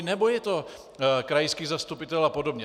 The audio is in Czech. Nebo je to krajský zastupitel a podobně?